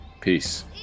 Peace